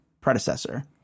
predecessor